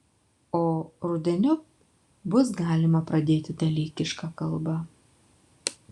o rudeniop bus galima pradėti dalykišką kalbą